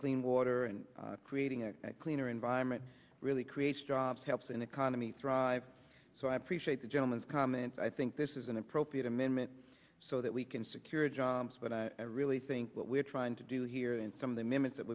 clean water and creating a cleaner environment really creates jobs helps an economy thrive so i appreciate the gentleman's comment i think this is an appropriate amendment so that we can secure a job but i really think what we're trying to do here and some of them is that